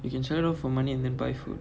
you can sell off for money and then buy food